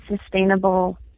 sustainable